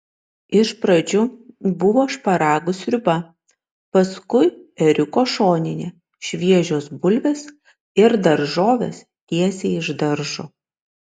iš pradžių buvo šparagų sriuba paskui ėriuko šoninė šviežios bulvės ir daržovės tiesiai iš daržo